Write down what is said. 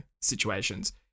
situations